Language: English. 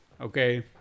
okay